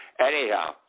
Anyhow